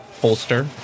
holster